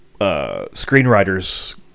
screenwriters